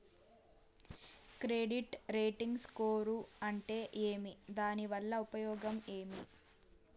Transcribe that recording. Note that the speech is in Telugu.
క్రెడిట్ రేటింగ్ స్కోరు అంటే ఏమి దాని వల్ల ఉపయోగం ఏమి?